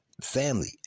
family